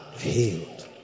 healed